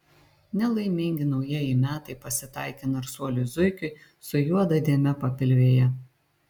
nelaimingi naujieji metai pasitaikė narsuoliui zuikiui su juoda dėme papilvėje